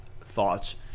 thoughts